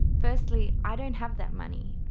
firstly, i don't have that money.